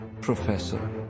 professor